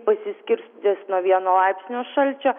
pasiskirstys nuo vieno laipsnio šalčio